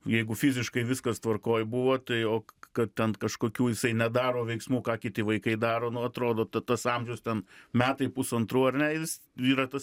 jeigu fiziškai viskas tvarkoj buvo tai o kad kažkokių jisai nedaro veiksmų ką kiti vaikai daro nu atrodo t tas amžius ten metai pusantrų ar ne jis yra tas